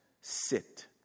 sit